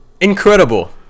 Incredible